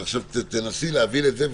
ועכשיו תנסי להבין את זה,